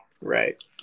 Right